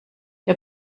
der